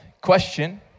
question